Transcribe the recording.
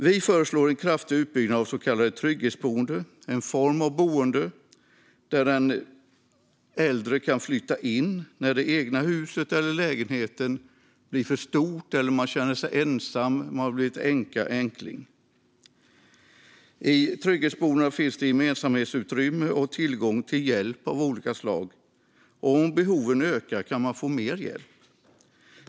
Vi föreslår en kraftig utbyggnad av så kallade trygghetsboenden, en form av boende dit äldre kan flytta när det egna huset blir för stort eller när lägenheten blir för stor eller om man känner sig ensam eller har blivit änka eller änkling. I trygghetsboendena finns det gemensamhetsutrymmen och tillgång till hjälp av olika slag. Och om behoven ökar kan man få mer hjälp.